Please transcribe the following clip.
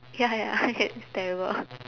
ya ya it's terrible